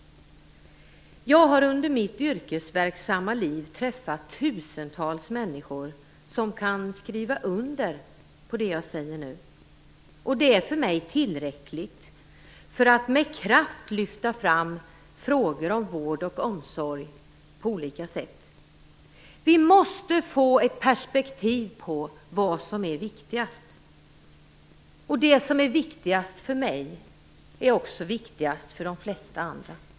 Jag har under mitt yrkesverksamma liv träffat tusentals människor som kan skriva under på det jag nu säger. Det är för mig tillräckligt för att med kraft lyfta fram frågor om vård och omsorg. Vi måste få perspektiv på vad som är viktigast. Det som är viktigast för mig är ofta viktigast för de allra flesta andra.